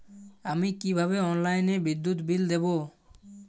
আমি কিভাবে অনলাইনে বিদ্যুৎ বিল দেবো?